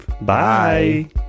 Bye